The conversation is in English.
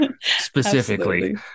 specifically